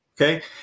Okay